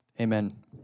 Amen